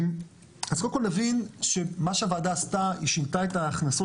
אז קודם כל נבין שמה שהוועדה עשתה היא שינתה את ההכנסות